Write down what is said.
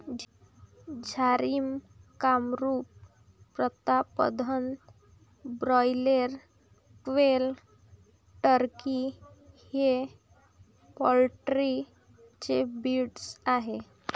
Jharsim, Kamrup, Pratapdhan, broiler, quail, turkey हे poultry चे breed आहेत